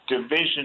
division